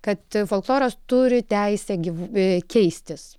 kad folkloras turi teisę gyvu keistis